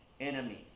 enemies